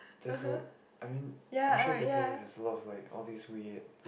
that's a I mean I'm sure Depot-Road has a lot all these weird